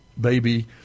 baby